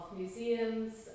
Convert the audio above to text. museums